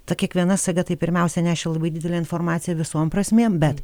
ta kiekviena saga tai pirmiausia nešė labai didelę informaciją visom prasmėm bet